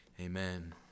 Amen